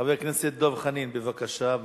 חבר הכנסת דב חנין, בבקשה.